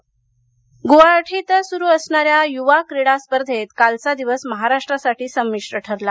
Khelo India Guwahati इथं सुरु असणाऱ्या युवा क्रीडा स्पर्धेत कालचा दिवस महाराष्ट्रासाठी संमिश्र ठरला